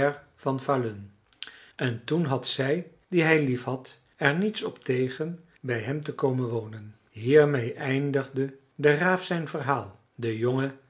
van falun en toen had zij die hij liefhad er niets op tegen bij hem te komen wonen hiermee eindigde de raaf zijn verhaal de jongen